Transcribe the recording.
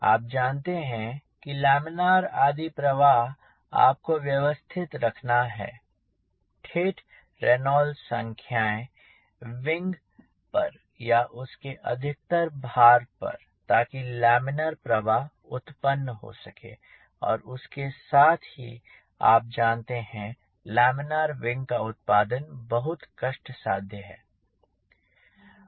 आप जानते हैं कि लैमिनार आदि प्रवाह आपको व्यवस्थित रखना है ठेठ रेनॉल्ट संख्याएं विंग पर या उसके अधिकतर भाग पर ताकि लैमिनार प्रवाह उत्पन्न हो सके और उसके साथ ही आप जानते हैं लैमिनार विंग का उत्पादन बहुत कष्ट साध्य है